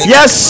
Yes